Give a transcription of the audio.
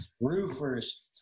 roofers